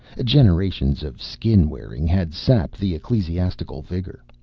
generations of skin-wearing had sapped the ecclesiastical vigor.